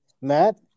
Matt